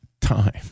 time